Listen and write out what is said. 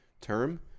term